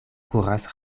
kuras